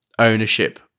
ownership